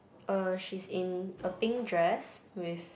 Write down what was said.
err she's in a pink dress with